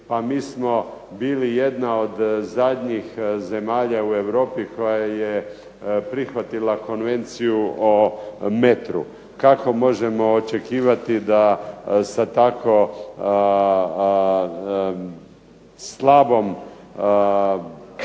Pa mi smo bili jedna od zadnjih zemalja u Europi koja je prihvatila Konvenciju o metru. Kako možemo očekivati da sa tako slabom